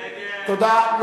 תודה.